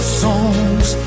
songs